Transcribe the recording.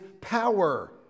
power